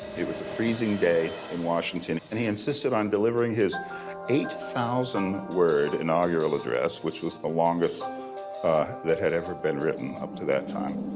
it was a freezing day in washington, and he insisted on delivering his eight thousand word inaugural address, which was the longest that had ever been written up to that time.